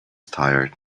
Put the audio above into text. tired